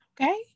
Okay